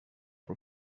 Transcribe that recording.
for